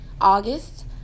august